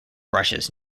rushes